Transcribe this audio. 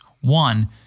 One